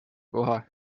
koha